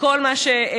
כל מה שביקשתי.